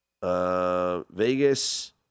Vegas